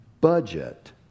budget